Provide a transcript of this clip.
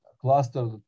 cluster